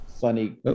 funny